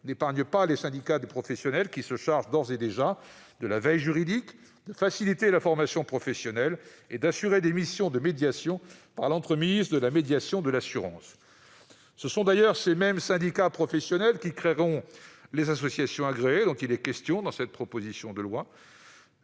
n'épargne pas les syndicats professionnels, qui se chargent d'ores et déjà de la veille juridique, de faciliter la formation professionnelle et d'assurer des missions de médiation par l'entremise de la « médiation de l'assurance ». Ce sont d'ailleurs ces mêmes syndicats professionnels qui créeront les associations agréées dont il est question dans cette proposition de loi.